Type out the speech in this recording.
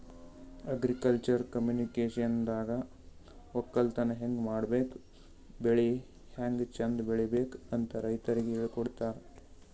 agriculture ಕಮ್ಯುನಿಕೇಷನ್ದಾಗ ವಕ್ಕಲತನ್ ಹೆಂಗ್ ಮಾಡ್ಬೇಕ್ ಬೆಳಿ ಹ್ಯಾಂಗ್ ಚಂದ್ ಬೆಳಿಬೇಕ್ ಅಂತ್ ರೈತರಿಗ್ ಹೇಳ್ಕೊಡ್ತಾರ್